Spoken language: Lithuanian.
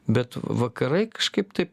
bet vakarai kažkaip taip